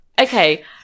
Okay